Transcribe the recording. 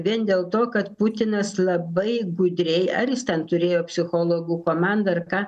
vien dėl to kad putinas labai gudriai ar jis ten turėjo psichologų komandą ar ką